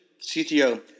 CTO